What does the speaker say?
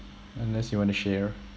unless you want to share